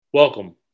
Welcome